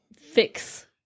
fix